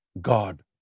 God